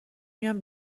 میام